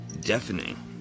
deafening